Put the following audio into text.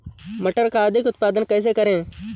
मटर का अधिक उत्पादन कैसे करें?